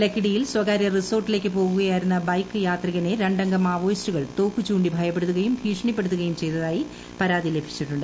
ലക്കിടിയിലെ സ്വകാര്യ റിസോർട്ടിലേക്ക് പോകുകയായിരുന്ന ബൈക്ക് യാത്രികനെ രണ്ടംഗ മാവോയിസ്റ്റുകൾ തോക്കു ചൂണ്ടി ഭയപ്പെടുത്തുകയും ഭീഷണിപ്പെടുത്തുകയും ചെയ്തതായി പരാതി ലഭിച്ചിട്ടുണ്ട്